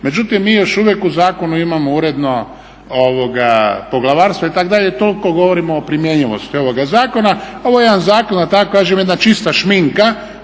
međutim mi još uvijek u zakonu imamo uredno poglavarstvo itd. toliko kada govorimo o primjenjivosti ovoga zakona. Ovo je jedan zakon da tako kažem jedna čista šminka